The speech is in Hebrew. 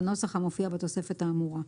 בנוסח המופיע בתוספת האמורה.